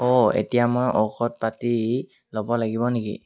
অঁ এতিয়া মই ঔষধ পাতি ল'ব লাগিব নেকি